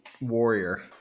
warrior